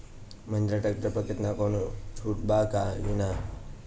Mahindra tractor पर केतना कौनो छूट बा कि ना?